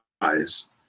eyes